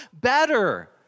better